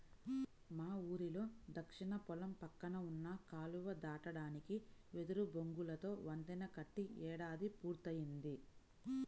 మా ఊరిలో దక్షిణ పొలం పక్కన ఉన్న కాలువ దాటడానికి వెదురు బొంగులతో వంతెన కట్టి ఏడాది పూర్తయ్యింది